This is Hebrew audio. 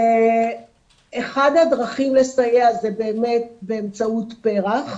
אחד הדרכים לסייע זה באמת באמצעות פר"ח,